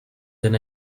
than